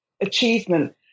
achievement